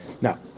Now